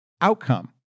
outcome